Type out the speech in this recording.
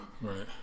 Right